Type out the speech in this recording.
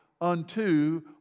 unto